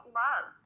love